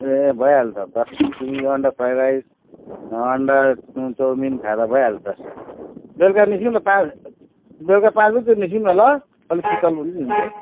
ए भइहाल्छ त तिमी अन्डा फ्राइड राइस अन्डा चाउमिन खाँदा भइहाल्छ बेलुका निस्किऔँ न त बेलुका पाँच बजेतिर निस्किऔँ न ल अलिक शीतल पनि हुन्छ